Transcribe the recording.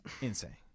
Insane